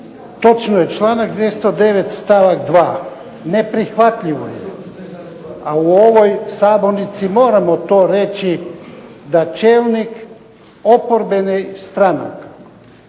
Točno je, članak 209. stavak 2. - Neprihvatljivo je, a u ovoj sabornici moramo to reći da čelnik oporbenih stranaka,